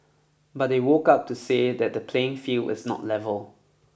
but they woke up to say that the playing field is not level